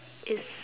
it's